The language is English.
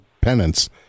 penance